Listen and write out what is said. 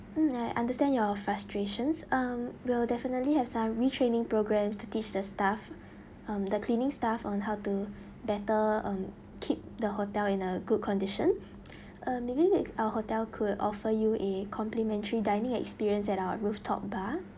mm I understand your frustrations um will definitely have some retraining programmes to teach the staff um the cleaning staff on how to better um keep the hotel in a good condition uh maybe we our hotel could offer you a complimentary dining experience at our rooftop bar